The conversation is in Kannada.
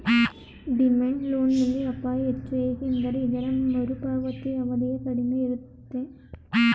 ಡಿಮ್ಯಾಂಡ್ ಲೋನ್ ನಲ್ಲಿ ಅಪಾಯ ಹೆಚ್ಚು ಏಕೆಂದರೆ ಇದರ ಮರುಪಾವತಿಯ ಅವಧಿಯು ಕಡಿಮೆ ಇರುತ್ತೆ